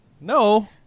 no